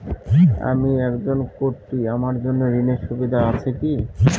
আমি একজন কট্টি আমার জন্য ঋণের সুবিধা আছে কি?